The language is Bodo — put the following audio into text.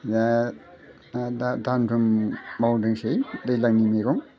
दा दा दामफ्राम मावदोंसै दैज्लांनि मैगं